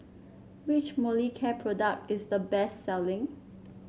which Molicare product is the best selling